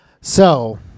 so-